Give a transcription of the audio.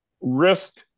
risk